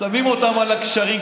שמים אותם על הגשרים,